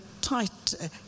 tight